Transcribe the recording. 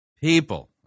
people